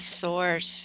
source